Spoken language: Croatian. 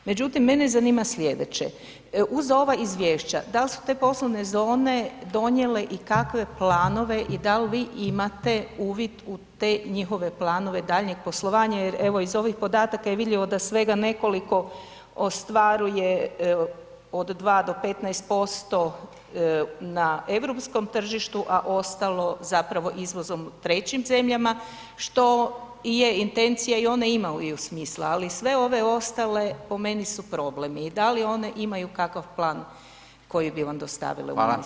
Međutim, mene zanima sljedeće, uz ova izvješća da li su te poslovne zone donijele i kakve planove i da li vi imate uvid u te njihove planove daljnjeg poslovanja jer evo iz ovih podataka je vidljivo da svega nekoliko ostvaruje od 2 do 15% na europskom tržištu a ostalo zapravo izvozom trećim zemljama što i je intencija i one imaju smisla ali sve ove ostale po meni su problem i da li one imaju kakav plan koji bi vam dostavile u ministarstvo?